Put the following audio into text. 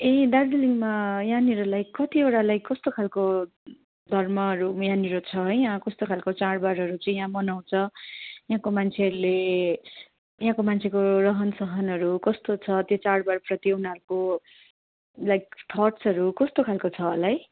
ए दार्जिलिङमा यहाँनिर लाइक कतिवटा लाइक कस्तो खालको धर्महरू यहाँनिर छ है यहाँ कस्तो खालको चाडबाडहरू चाहिँ यहाँ मनाउँछ यहाँको मान्छेहरूले यहाँको मान्छेको रहनसहनहरू कस्तो छ त्यो चाडबाडप्रति उनीहरूको लाइक थट्सहरू कस्तो खालको छ होला है